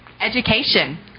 Education